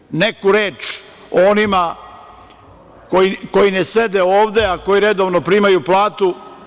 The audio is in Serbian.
Još samo neku reč o onima koji ne sede ovde, a koji redovno primaju platu.